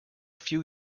few